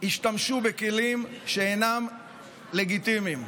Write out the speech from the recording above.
השתמשו בכלים שאינם לגיטימיים,